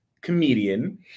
comedian